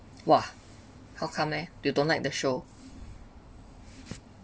!wah! how come eh you don't like the show